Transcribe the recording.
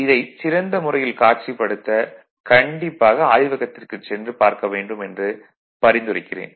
இதைச் சிறந்த முறையில் காட்சிப்படுத்த கண்டிப்பாக ஆய்வகத்திற்குச் சென்று பார்க்க வேண்டும் என்று பரிந்துரைக்கிறேன்